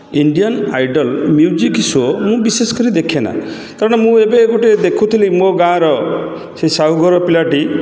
Indian Idol music show' ମୁଁ ବିଶେଷ କରି ଦେଖେନା ତେଣୁ ମୁଁ ଏବେ ଗୋଟେ ଦେଖୁଥିଲି ମୋ ଗାଁର ସେହି ସାହୁ ଘର ପିଲାଟି